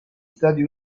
stati